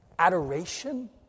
adoration